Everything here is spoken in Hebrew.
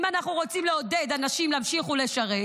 אם אנחנו רוצים לעודד אנשים להמשיך ולשרת,